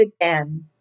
again